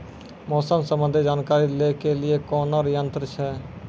मौसम संबंधी जानकारी ले के लिए कोनोर यन्त्र छ?